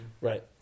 Right